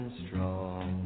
strong